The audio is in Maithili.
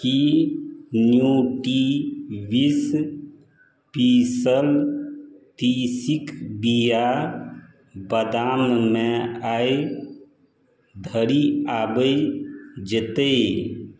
की न्यूटी विश पीसल तीसीक बिआ बदाममे आइ धरि आबि जेतै